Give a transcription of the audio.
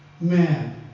Man